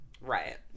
right